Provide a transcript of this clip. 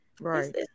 Right